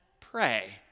pray